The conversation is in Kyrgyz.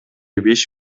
беш